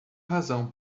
razão